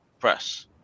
press